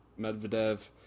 Medvedev